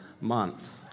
month